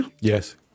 Yes